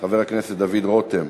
חבר הכנסת דוד רותם.